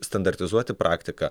standartizuoti praktika